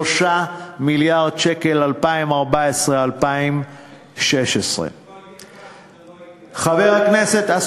3 מיליארד שקל ב-2014 2016. אני יכול להגיד לך שזה לא יהיה.